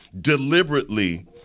deliberately